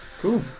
cool